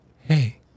hey